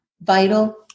vital